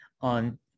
on